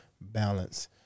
Balance